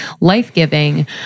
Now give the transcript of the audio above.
life-giving